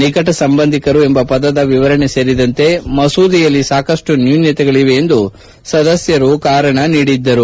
ನಿಕಟ ಸಂಬಂಧಿಕರು ಎಂಬ ಪದದ ವಿವರಣೆ ಸೇರಿದಂತೆ ಮಸೂದೆಯಲ್ಲಿ ಸಾಕಷ್ಟು ನ್ನೂನತೆಗಳವೆ ಎಂದು ಸದಸ್ನರು ಕಾರಣ ನೀಡಿದ್ದರು